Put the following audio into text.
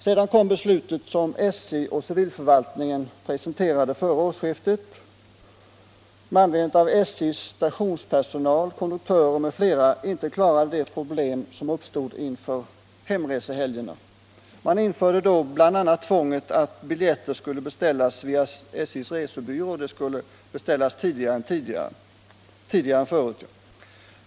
Sedan kom det beslut som SJ och civilförvaltningen presenterade före årsskiftet med anledning av att SJ:s konduktörer och stationspersonal m.fl. inte klarade de problem som uppstod inför varje hemresehelg. Man införde då bl.a. tvånget att biljetter skulle beställas via SJ:s resebyrå tidigare än förut.